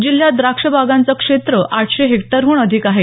जिल्ह्यात द्राक्ष बागांचं क्षेत्र आठशे हेक्टरहून अधिक आहे